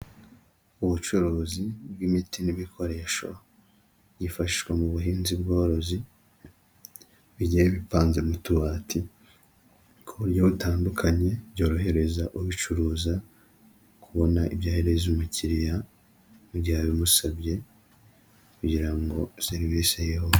Ubucuruzi bw'imiti n'ibikoresho byifashishwa mu buhinzi bworozi bigiye bipanze mu tubati ku buryo butandukanye, byorohereza ubicuruza kubona ibyo ahereza umukiriya mu gihe abimusabye kugira ngo serivisi yihu...